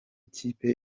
kipe